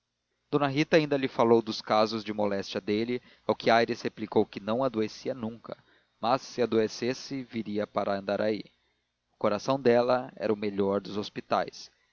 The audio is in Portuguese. d rita ainda lhe falou dos casos de moléstia dele ao que aires replicou que não adoecia nunca mas se adoecesse viria para andaraí o coração dela era o melhor dos hospitais